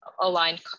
aligned